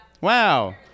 Wow